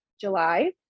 July